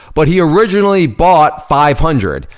but he originally bought five hundred,